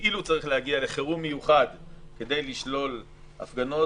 שכאילו צריך להגיע לחירום מיוחד כדי לשלול הפגנות,